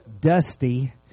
Dusty